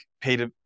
paid